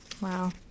Wow